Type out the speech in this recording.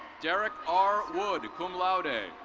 derrick r. wood, cum laude.